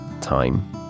time